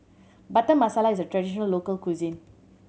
Butter Masala is a traditional local cuisine